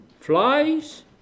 flies